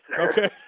Okay